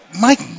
Mike